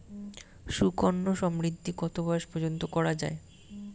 সুকন্যা সমৃদ্ধী কত বয়স পর্যন্ত করা যায়?